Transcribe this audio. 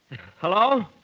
Hello